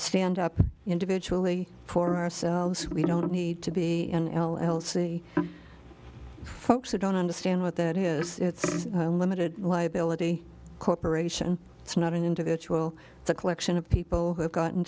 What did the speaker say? stand up individually for ourselves we don't need to be an l l c folks that don't understand what that is it's limited liability corporation it's not an individual it's a collection of people who have gotten